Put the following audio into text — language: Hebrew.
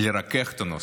לרכך את הנוסח.